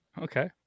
okay